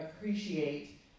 appreciate